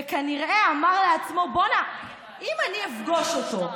וכנראה אמר לעצמו: אם אני אפגוש אותו,